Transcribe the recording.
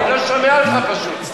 אני לא שומע אותך פשוט.